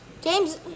James